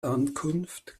ankunft